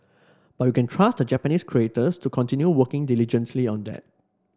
but we can trust the Japanese creators to continue working diligently on that